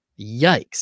Yikes